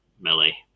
melee